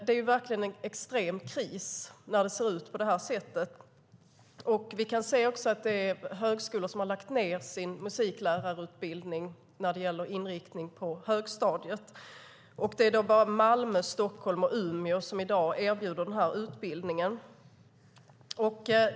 Det är verkligen en extrem kris när det ser ut på detta sätt. Vi kan också se att högskolor har lagt ned sin musiklärarutbildning med inriktning på högstadiet. I dag är det bara Malmö, Stockholm och Umeå som erbjuder denna utbildning.